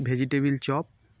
vegetable chop